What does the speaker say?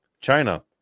China